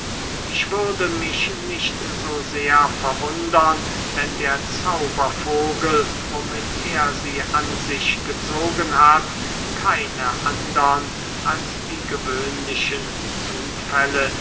ich würde mich nicht so sehr verwundern wenn der zaubervogel womit er sie an sich gezogen hat keine andern als die gewöhnlichen zufälle